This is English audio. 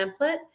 template